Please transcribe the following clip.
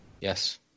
Yes